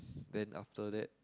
then after that